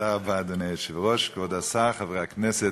אדוני היושב-ראש, תודה רבה, כבוד השר, חברי הכנסת,